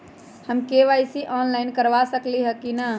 हम KYC online करवा सकली ह कि न?